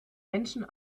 menschen